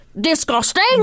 Disgusting